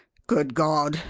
good god!